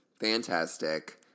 Fantastic